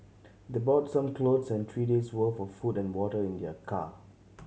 they brought some clothes and three days worth of food and water in their car